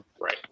Right